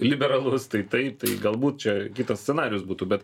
liberalus tai taip tai galbūt čia kitas scenarijus būtų bet